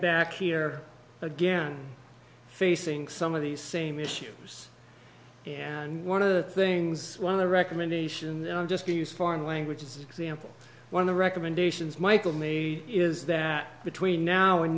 back here again facing some of these same issues and one of the things one of the recommendations and i'm just going use foreign language is example one of the recommendations michel made is that between now and